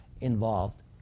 involved